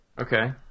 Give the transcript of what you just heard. Okay